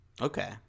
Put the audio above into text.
Okay